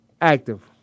active